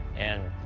and